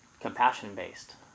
compassion-based